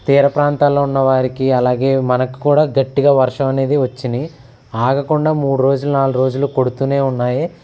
తీర ప్రాంతాల్లో ఉన్న వారికి అలాగే మనకి కూడా గట్టిగా వర్షం అనేది వచ్చిని ఆగకుండా మూడు రోజులు నాలుగు రోజులు కొడుతూనే ఉన్నాయి